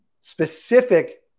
specific